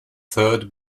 third